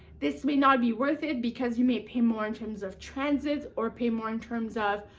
this may not be worth it, because you may pay more in terms of transit, or pay more in terms of